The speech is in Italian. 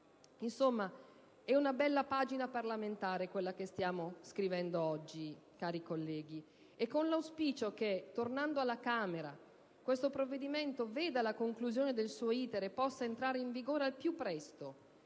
è una bella pagina parlamentare, quella che stiamo scrivendo oggi. Con l'auspicio che, tornando alla Camera, questo provvedimento veda la conclusione del suo *iter* e possa entrare in vigore al più presto,